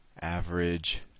average